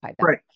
Right